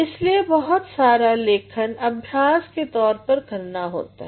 इसीलिए बहुत सारा लेखन अभ्यास के तौर पर करना होता है